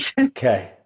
Okay